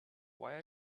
why